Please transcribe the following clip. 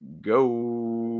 go